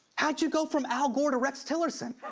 how'd you go from al gore to rex tillerson?